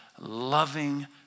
loving